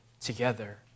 together